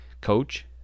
coach